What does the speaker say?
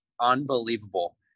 unbelievable